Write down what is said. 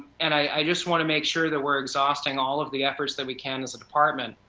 and, i just want to make sure that we are exhausting all of the efforts that we can as a department,